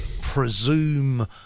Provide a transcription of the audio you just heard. presume